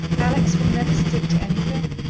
alex will never stick to anything?